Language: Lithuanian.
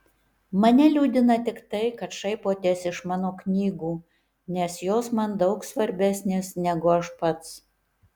mane liūdina tik tai kad šaipotės iš mano knygų nes jos man daug svarbesnės negu aš pats